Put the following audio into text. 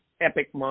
Epic